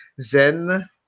Zen